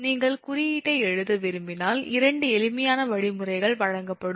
நீங்கள் குறியீட்டை எழுத விரும்பினால் 2 எளிமையான வழிமுறைகள் வழங்கப்படும்